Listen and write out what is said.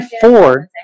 Ford